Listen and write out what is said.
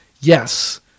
Yes